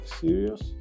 serious